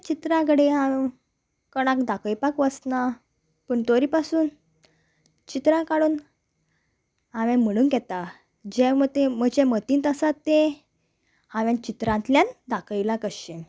चित्रां घडये हांवे कोणाक दाखयपाक वचना पूण तरी पासून चित्रां काडून हांवें म्हणूंक येता ते म्हजे मतींत आसा तें हांवें चित्रांतल्यान दाखयलां कशें